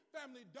Family